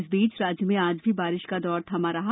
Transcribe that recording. इस बीच राज्य में आज भी बारिश का दौर थमा रहा